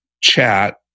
chat